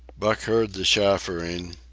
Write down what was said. buck heard the chaffering,